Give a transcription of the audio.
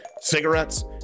cigarettes